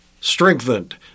strengthened